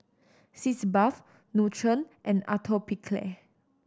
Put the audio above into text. Sitz Bath Nutren and Atopiclair